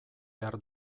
behar